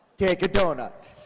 take a donut.